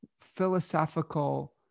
philosophical